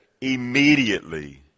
Immediately